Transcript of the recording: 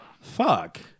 Fuck